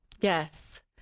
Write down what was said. Yes